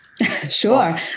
Sure